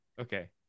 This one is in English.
Okay